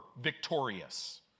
victorious